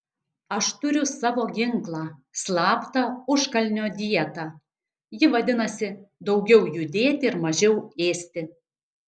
aš turiu savo ginklą slaptą užkalnio dietą ji vadinasi daugiau judėti ir mažiau ėsti